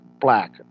black